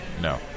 No